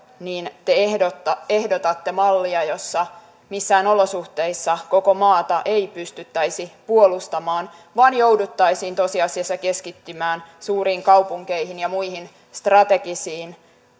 te ehdotatte mallia jossa missään olosuhteissa koko maata ei pystyttäisi puolustamaan vaan jouduttaisiin tosiasiassa keskittymään suuriin kaupunkeihin ja muihin strategisiin